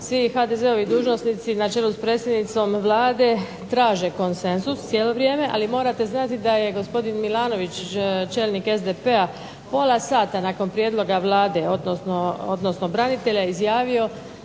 svi HDZ-ovi dužnosnici na čelu s predsjednicom Vlade traže konsenzus cijelo vrijeme, ali morate znati da je gospodin Milanović čelnik SDP-a pola sata nakon prijedloga Vlade, odnosno branitelja, izjavio